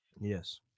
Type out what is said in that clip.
Yes